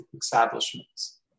establishments